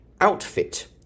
outfit